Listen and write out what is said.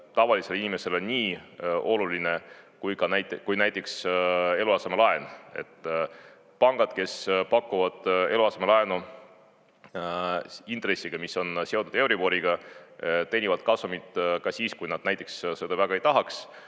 tavalisele inimesele nii oluline kui näiteks eluasemelaen. Pangad, kes pakuvad eluasemelaenu intressiga, mis on seotud euriboriga, teenivad kasumit ka siis, kui nad näiteks seda väga ei tahaks,